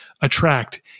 Attract